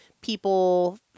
people